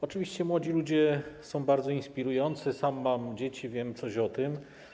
Oczywiście młodzi ludzie są bardzo inspirujący, sam mam dzieci, wiem coś o tym.